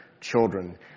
Children